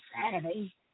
Saturday